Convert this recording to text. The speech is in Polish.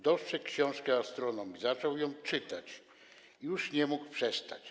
Dostrzegł książkę o astronomii, zaczął ją czytać i już nie mógł przestać.